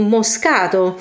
Moscato